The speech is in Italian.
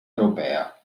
europea